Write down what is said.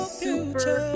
super